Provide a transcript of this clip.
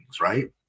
Right